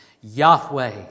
Yahweh